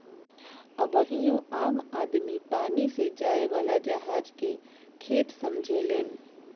अबहियो आम आदमी पानी से जाए वाला जहाज के खेप समझेलेन